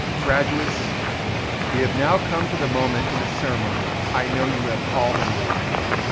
graduates we have now come to the moment in the ceremony i know you have all been waiting for.